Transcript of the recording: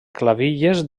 clavilles